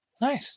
Nice